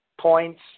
points